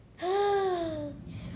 它十一岁了啊